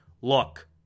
look